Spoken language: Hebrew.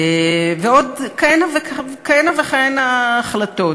ועוד כהנה וכהנה החלטות.